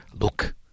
Look